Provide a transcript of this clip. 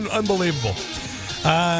unbelievable